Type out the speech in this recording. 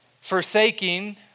Forsaking